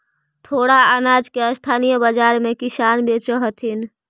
थोडा अनाज के स्थानीय बाजार में किसान बेचऽ हथिन